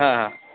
হ্যাঁ হ্যাঁ